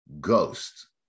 Ghost